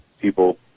people